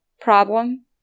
problem